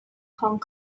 hong